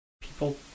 people